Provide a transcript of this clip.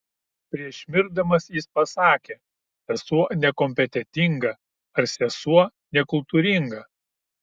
prieš mirdamas jis pasakė sesuo nekompetentinga ar sesuo nekultūringa